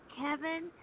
Kevin